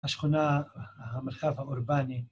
השכונה, המרחב האורבני